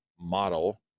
model